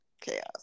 chaos